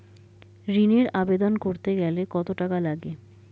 ঋণের আবেদন করতে গেলে কত টাকা লাগে?